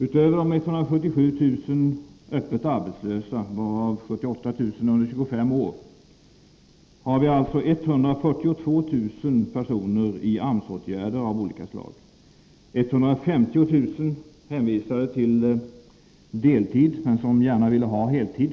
Utöver de 177 000 öppet arbetslösa människorna, varav 78 000 är under 25 år, har vi 142 000 personer i AMS-åtgärder av olika slag. 150 000 personer är hänvisade till deltidsarbete, trots att de gärna vill arbeta på heltid.